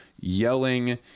yelling